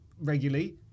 regularly